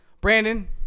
Brandon